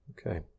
Okay